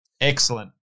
excellent